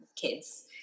kids